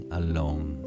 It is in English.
alone